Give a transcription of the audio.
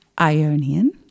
Ionian